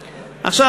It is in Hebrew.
בעתיד,